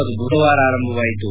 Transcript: ಅದು ಬುಧವಾರ ಆರಂಭವಾಯಿತು